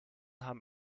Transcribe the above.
haben